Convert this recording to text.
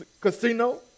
casino